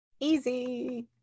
Easy